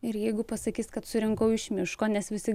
ir jeigu pasakys kad surinkau iš miško nes visi